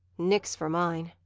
nix for mine!